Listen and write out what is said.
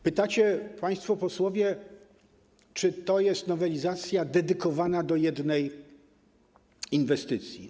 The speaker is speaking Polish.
Pytacie państwo posłowie, czy to jest nowelizacja dotycząca jednej inwestycji.